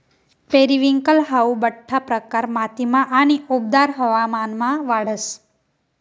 periwinkle हाऊ बठ्ठा प्रकार मातीमा आणि उबदार हवामानमा वाढस